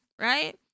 right